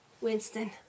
Winston